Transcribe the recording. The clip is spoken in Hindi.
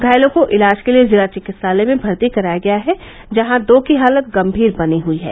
घायलों को इलाज के लिए जिला चिकित्सालय में भर्ती कराया गया है जहां दो की हालत गम्भीर बनी हई है